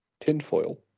tinfoil